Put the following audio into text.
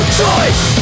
choice